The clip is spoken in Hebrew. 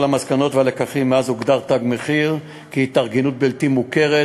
המסקנות והלקחים מאז הוגדר "תג מחיר" כהתארגנות בלתי מוכרת.